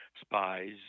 spies